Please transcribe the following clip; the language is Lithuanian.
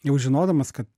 jau žinodamas kad